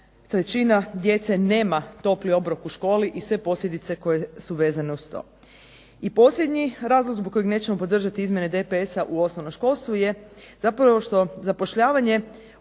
većina djece nema topli obrok u školi i sve posljedice koje su vezane uz to. I posljednji razlog zbog kojeg nećemo podržati izmjene DPS-a u osnovnom školstvu je zapravo što zapošljavanje ostalih